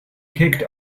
kicked